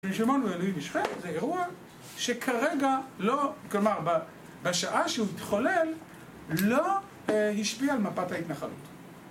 רשמון הוא אלוהים משפט, זה אירוע שכרגע, לא ,כלומר ב, כלומר בשעה שהוא מתחולל, לא השפיע על מפת ההתנחלות.